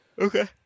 Okay